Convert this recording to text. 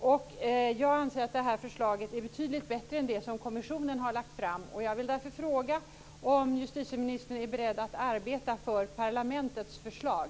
Jag anser att det förslaget är betydligt bättre än det som kommissionen har lagt fram. Jag vill därför fråga om justitieministern är beredd att arbeta för parlamentets förslag.